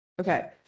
okay